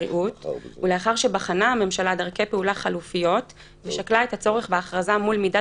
ולאחר ששוכנעה הממשלה כי אין עוד צורך בהכרזה לאור הכרזת